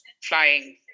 flying